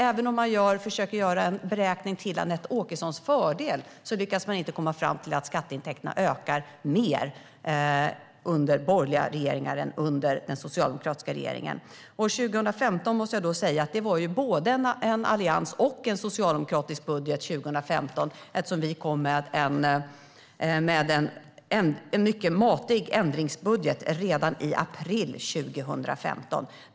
Även om man försöker göra en beräkning till Anette Åkessons fördel lyckas man alltså inte komma fram till att skatteintäkterna ökar mer under borgerliga regeringar än de gör under den socialdemokratiska regeringen. År 2015 gällde både en alliansbudget och en socialdemokratisk budget, eftersom vi kom med en mycket matig ändringsbudget redan i april 2015.